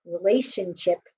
relationship